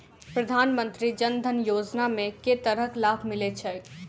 प्रधानमंत्री जनधन योजना मे केँ तरहक लाभ मिलय छै?